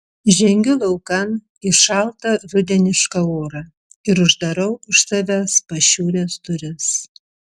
žengiu laukan į šaltą rudenišką orą ir uždarau už savęs pašiūrės duris